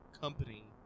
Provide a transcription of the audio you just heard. company